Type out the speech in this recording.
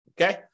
okay